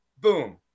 Boom